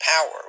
power